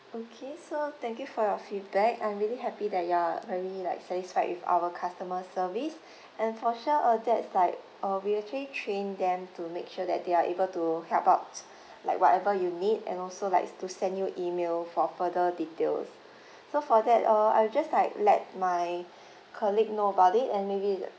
okay so thank you for your feedback I'm really happy that you're very like satisfied with our customer service and for sure uh that's like uh we actually train them to make sure that they're able to help out like whatever you need and also like to send you email for further details so for that uh I will just like let my colleague know about it and maybe